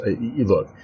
Look